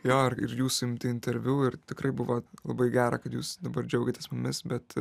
jo ir jūsų imti interviu ir tikrai buvo labai gera kad jūs dabar džiaugiatės mumis bet